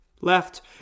Left